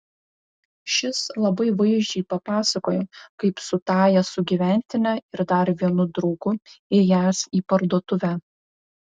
šis labai vaizdžiai papasakojo kaip su tąja sugyventine ir dar vienu draugu ėjęs į parduotuvę